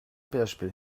php